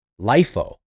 LIFO